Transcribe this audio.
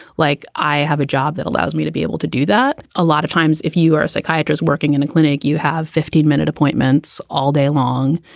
like i have a job that allows me to be able to do that. a lot of times, if you are a psychiatrist working in a clinic, you have fifteen minute appointments all day long.